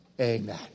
amen